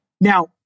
Now